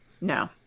No